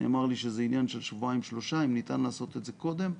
נאמר לי שזה עניין של שבועיים-שלושה והשאלה אם ניתן לעשות זאת קודם.